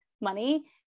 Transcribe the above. money